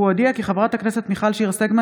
הוא הודיע כי חברת הכנסת מיכל שיר סגמן